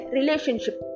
Relationship